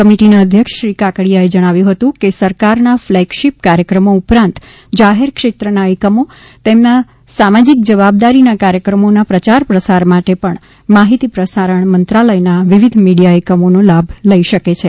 committee ના અધ્યક્ષ શ્રી કાકડિયા એ જણાવ્યું હતું કે સરકાર ના ફ્લેગ શિપ કાર્યક્રમો ઉપરાંત જાહેર ક્ષેત્રના એકમો તેમના સામાજિક જવાબદારી ના કાર્યક્રમો ના પ્રચાર પ્રસાર માટે પણ માહિતી પ્રસારણ મંત્રાલય ના વિવિધ મીડિયા એકમો નો લાભ લઇ શકે છે